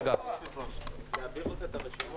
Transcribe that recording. הישיבה ננעלה בשעה